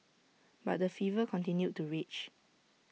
but the fever continued to rage